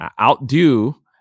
outdo